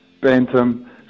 bantam